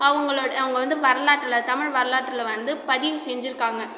அவங்களோ அவங்க வந்து வரலாற்றில் தமிழ் வரலாற்றில் வந்து பதிவு செஞ்சிருக்காங்க